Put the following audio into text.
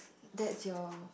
that's your